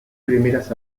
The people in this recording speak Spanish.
primeras